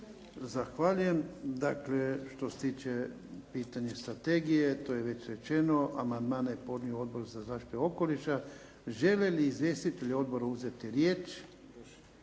Zahvaljujem. Dakle, što se tiče pitanja strategije to je već rečeno. Amandmane je podnio Odbor za zaštitu okoliša. Žele li izvjestitelji odbora uzeti riječ?